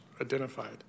identified